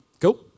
Cool